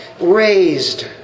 raised